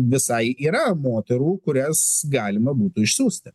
visai yra moterų kurias galima būtų išsiųsti